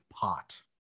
pot